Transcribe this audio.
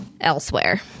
elsewhere